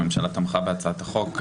הממשלה תמכה בהצעת החוק,